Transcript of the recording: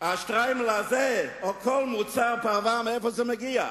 השטריימל הזה או כל מוצר פרווה, מאיפה הוא מגיע.